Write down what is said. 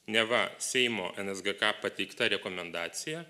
neva seimo nsgk pateikta rekomendacija